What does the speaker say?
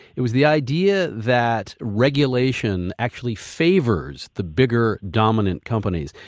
it was the idea that regulation actually favors the bigger dominant companies.